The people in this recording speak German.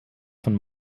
von